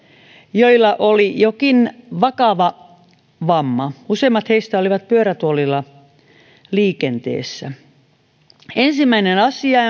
joilla oli jokin vakava vamma useimmat heistä olivat pyörätuolilla liikenteessä ensimmäinen asia